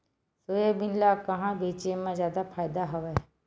Soybean ल कहां बेचे म जादा फ़ायदा हवय?